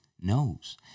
knows